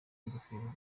ingofero